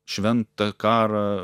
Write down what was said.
šventą karą